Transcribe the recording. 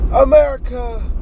America